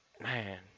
Man